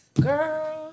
Girl